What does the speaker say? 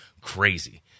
Crazy